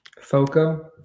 Foco